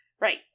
Right